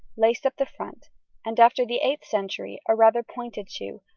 laced up the front and, after the eighth century, a rather pointed shoe,